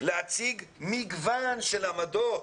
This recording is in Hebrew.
להציג מגוון של עמדות.